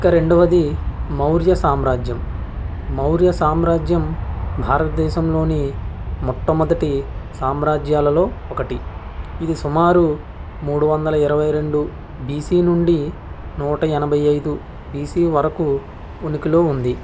ఇక రెండవది మౌర్య సామ్రాజ్యం మౌర్య సామ్రాజ్యం భారతదేశంలోని మొట్టమొదటి సామ్రాజ్యాలలో ఒకటి ఇది సుమారు మూడు వందల ఇరవై రెండు బీసీ నుండి నూట ఎనభై ఐదు బీసీ వరకు ఉనికిలో ఉంది